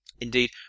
Indeed